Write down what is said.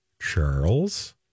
Charles